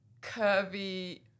curvy